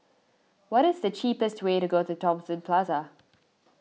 what is the cheapest way to Thomson Plaza